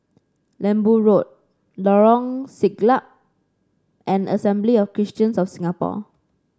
Lembu Road Lorong Siglap and Assembly of Christians of Singapore